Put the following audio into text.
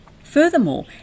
Furthermore